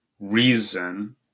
Reason